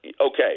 Okay